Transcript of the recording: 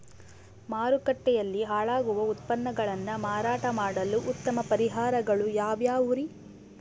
ಮಾರುಕಟ್ಟೆಯಲ್ಲಿ ಹಾಳಾಗುವ ಉತ್ಪನ್ನಗಳನ್ನ ಮಾರಾಟ ಮಾಡಲು ಉತ್ತಮ ಪರಿಹಾರಗಳು ಯಾವ್ಯಾವುರಿ?